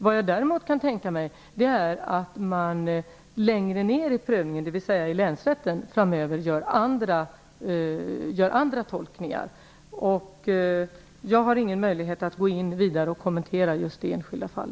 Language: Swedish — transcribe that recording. Vad jag däremot kan tänka mig är att man framöver gör andra tolkningar längre ned i prövningen, dvs. i länsrätten. Jag har ingen möjlighet att vidare kommentera just detta enskilda fall.